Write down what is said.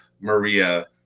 Maria